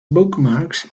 bookmarks